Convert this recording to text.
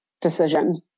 decision